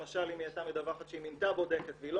למשל אם היא הייתה מדווחת שהיא מינתה בודקת והיא לא